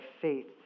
faith